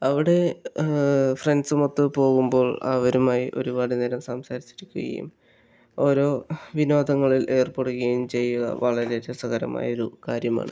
അവിടെ ഫ്രണ്ട്സുമൊത്തു പോകുമ്പോൾ അവരുമായി ഒരുപാടു നേരം സംസാരിച്ചിരിക്കുകയും ഓരോ വിനോദങ്ങളിൽ ഏർപ്പെടുകയും ചെയ്യുക വളരെ രസകരമായൊരു കാര്യമാണ്